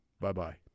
Bye-bye